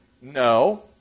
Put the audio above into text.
No